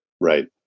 Right